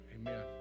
Amen